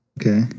Okay